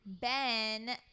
Ben